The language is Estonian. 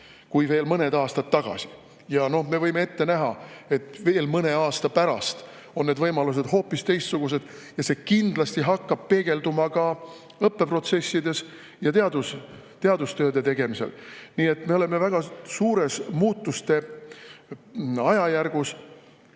kui veel mõned aastad tagasi. Ja me võime ette näha, et veel mõne aasta pärast on need võimalused hoopis teistsugused ja see kindlasti hakkab peegelduma ka õppeprotsessides ja teadustööde tegemisel. Nii et me oleme väga suurte muutuste ajajärgus. Aga